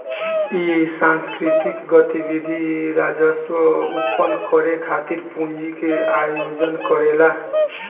इ सांस्कृतिक गतिविधि राजस्व उत्पन्न करे खातिर पूंजी के आयोजन करेला